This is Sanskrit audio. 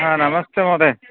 हा नमस्ते महोदय